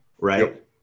right